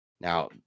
now